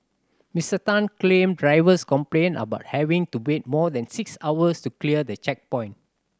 Mister Tan claimed drivers complained about having to wait more than six hours to clear the checkpoint